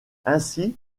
ainsi